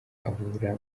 avura